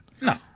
No